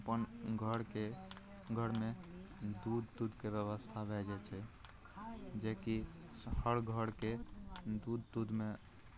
अपन घरके घरमे दूध तूधके बेबस्था भए जाए छै जेकि हर घरके दूध तूधमे